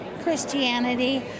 Christianity